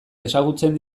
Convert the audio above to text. ezagutzen